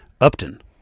upton